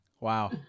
Wow